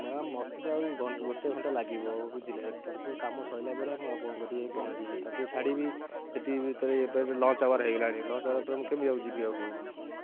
ମୋ ମୋତେ ଆଉ ଗୋଟିଏ ଘଣ୍ଟା ଲାଗିବ ଆଉ ବୁଝିଲେ ତାଙ୍କୁ କାମ ସରିଲା ପରେ ମୁଁ ଆପଣଙ୍କ କତିକି ଯାଇ ପହଞ୍ଚିବି ତାଙ୍କୁ ଛାଡ଼ିବି ସେଠିତ ଏପର୍ଯ୍ୟନ୍ତ ଲଞ୍ଚ ଆୱାର୍ ହୋଇଗଲାଣି ଲଞ୍ଚ ଆୱାର୍ ମୁଁ କେମିତି ଆଉ ଯିବି ଆଉ